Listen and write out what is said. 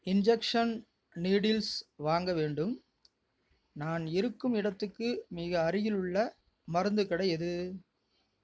injection needles வாங்க வேண்டும் நான் இருக்கும் இடத்துக்கு மிக அருகிலுள்ள மருத்துக் கடை எது